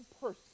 person